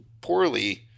poorly